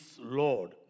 Lord